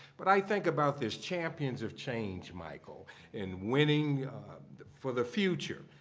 but i think about this champions of change, michael and winning for the future.